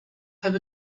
have